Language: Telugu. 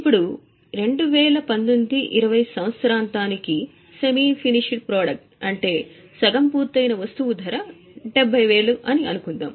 ఇప్పుడు 19 20 సంవత్సరాంతానికి సెమీ ఫినిష్డ్ ప్రొడక్ట్ ధర 70000 అనుకుందాం